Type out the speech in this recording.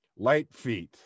Lightfeet